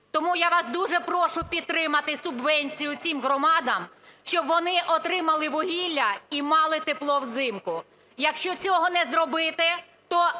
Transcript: Тому я вас дуже прошу підтримати субвенцію цим громадам, щоб вони отримали вугілля і мали тепло взимку. Якщо цього не зробити, то